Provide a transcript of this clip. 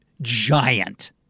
Giant